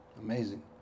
Amazing